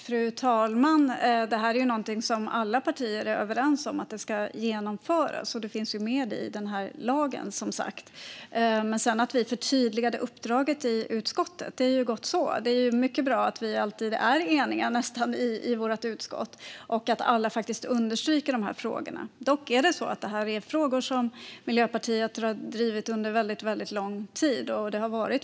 Fru talman! Alla partier är överens om att detta ska genomföras, och det finns som sagt med i lagen. Men det är bra att vi förtydligade uppdraget i utskottet. Det är mycket bra att vi nästan alltid är eniga i vårt utskott och att alla faktiskt understryker dessa frågor. Dock har Miljöpartiet drivit dessa frågor under en väldigt lång tid.